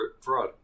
fraud